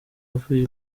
avuye